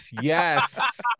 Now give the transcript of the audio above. Yes